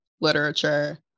literature